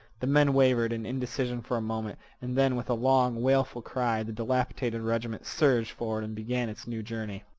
the men wavered in indecision for a moment, and then with a long, wailful cry the dilapidated regiment surged forward and began its new journey.